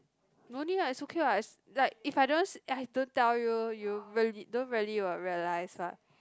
no need ah it's okay what it's like if I don't see I don't tell you you really don't really will realise what